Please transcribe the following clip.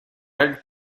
united